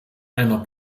einer